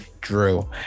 drew